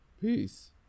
Peace